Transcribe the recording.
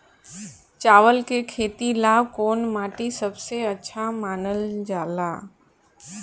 चावल के खेती ला कौन माटी सबसे अच्छा मानल जला?